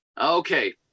Okay